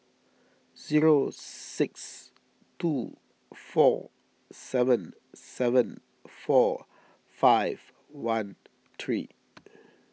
zero six two four seven seven four five one three